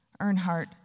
Earnhardt